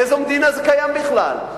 באיזו מדינה זה קיים בכלל?